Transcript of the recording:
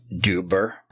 Duber